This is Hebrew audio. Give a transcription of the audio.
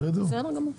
בסדר גמור.